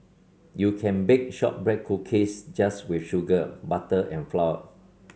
you can bake shortbread cookies just with sugar butter and flour